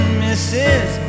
misses